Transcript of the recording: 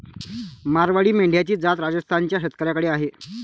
मारवाडी मेंढ्यांची जात राजस्थान च्या शेतकऱ्याकडे आहे